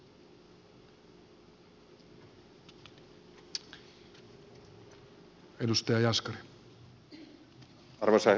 arvoisa herra puhemies